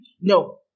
no